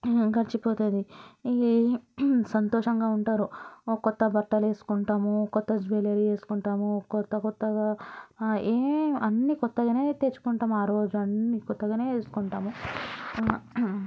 గడిచి పోతుంది ఇ సంతోషంగా ఉంటారు కొత్త బట్టలు వేసుకుంటాము కొత్త జ్యువలరీ వేసుకుంటాం కొత్త కొత్తగా ఏవి అన్నీ కొత్తగా తెచ్చుకుంటాం ఆ రోజు అన్నీ కొత్తగా వేసుకుంటాం